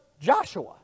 Joshua